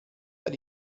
that